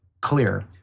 clear